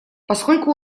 поскольку